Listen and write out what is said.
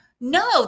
No